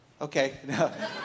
Okay